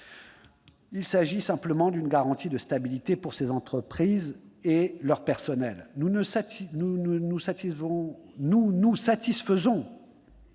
Il s'agit simplement d'une garantie de stabilité pour ces entreprises et leurs personnels. Nous nous satisfaisons